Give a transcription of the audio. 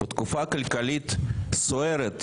בתקופה כלכלית סוערת,